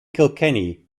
kilkenny